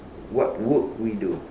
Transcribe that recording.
what would we do